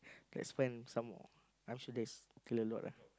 let's find some more I'm sure there's still a lot lah